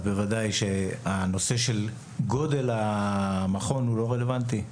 אז בוודאי שנושא גודל המכון לא רלוונטי.